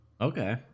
okay